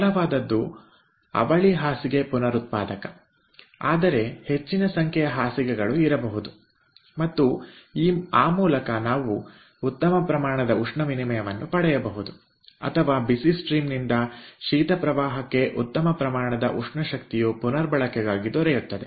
ಸರಳವಾದದ್ದು ಅವಳಿ ಬೆಡ್ ನ ಪುನರುತ್ಪಾದಕ ಆದರೆ ಹೆಚ್ಚಿನ ಸಂಖ್ಯೆಯ ಬೆಡ್ಗಳು ಇರಬಹುದು ಮತ್ತು ಆ ಮೂಲಕ ನಾವು ಉತ್ತಮ ಪ್ರಮಾಣದ ಉಷ್ಣ ವಿನಿಮಯವನ್ನು ಪಡೆಯಬಹುದು ಅಥವಾ ಬಿಸಿ ಹರಿವಿನಿಂದ ಶೀತ ಪ್ರವಾಹಕ್ಕೆ ಉತ್ತಮ ಪ್ರಮಾಣದ ಉಷ್ಣ ಶಕ್ತಿಯು ಪುನರ್ಬಳಕೆಗಾಗಿ ದೊರೆಯುತ್ತದೆ